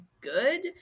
good